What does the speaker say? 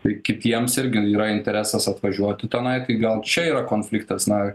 tai kitiems irgi yra interesas atvažiuoti tenai tai gal čia yra konfliktas na